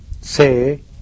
say